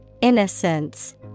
Innocence